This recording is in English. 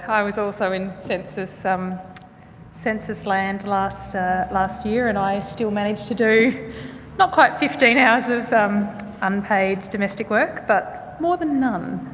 i was also in census-land um census-land last last year and i still managed to do not quite fifteen hours of um unpaid domestic work. but more than none.